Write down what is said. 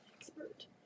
Expert